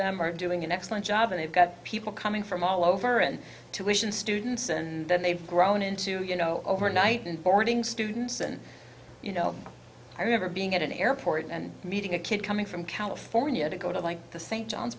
them are doing an excellent job and you've got people coming from all over and tuitions students and then they've grown into you know overnight and boarding students and you know i remember being at an airport and meeting a kid coming from california to go to like the st john's